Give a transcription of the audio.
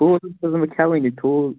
ٹھوٗل نہ حظ چھُس نہٕ بہٕ کھیٚوٲنی ٹھوٗل